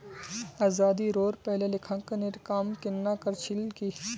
आज़ादीरोर पहले लेखांकनेर काम केन न कर छिल की